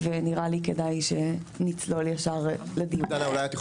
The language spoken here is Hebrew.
ונראה לי כדאי שנצלול ישר לדיון.